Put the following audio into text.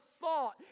thought